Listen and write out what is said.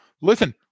Listen